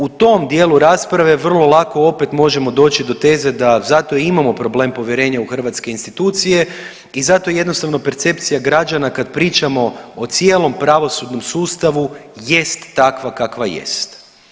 U tom dijelu rasprave vrlo lako opet možemo doći do teze da zato i imamo problem povjerenja u hrvatske institucije i zato jednostavno percepcija građana kad pričamo o cijelom pravosudnom sustavu jest takva kakva jest.